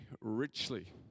richly